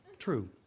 true